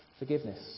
Forgiveness